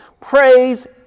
praise